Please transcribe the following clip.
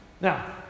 Now